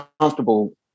comfortable